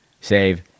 save